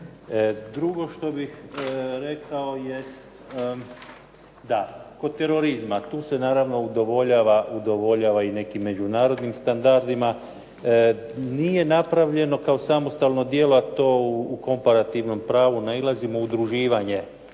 Drugo što bih rekao jest. Da, kod terorizma. Tu se naravno udovoljava i nekim međunarodnim standardima. Nije napravljeno kao samostalno djelo, a to u komparativnom pravu nailazimo udruživanje,